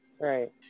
Right